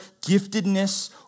giftedness